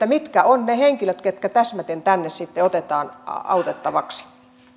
mitkä ovat ne henkilöt ketkä täsmäten tänne sitten otetaan autettavaksi